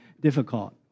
difficult